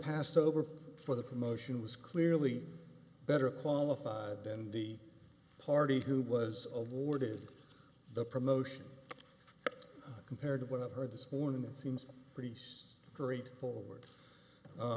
passed over for the promotion was clearly better qualified than the party who was awarded the promotion compared what i've heard this morning that seems pretty straightforward